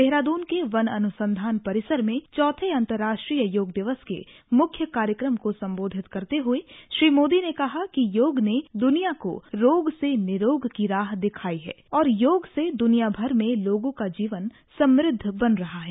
देहरादून के वन अनुसंधान परिसर में चौथे अन्तर्राष्ट्रीय योग दिवस के मुख्य कार्यक्रम को संबोधित करते हुए श्री मोदी ने कहा कि योग ने दुनिया को रोग से निरोग की राह दिखाई है और योग से दुनिया भर में लोगों का जीवन समृद्ध बने रहा है